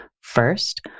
First